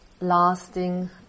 lasting